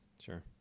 Sure